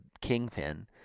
kingpin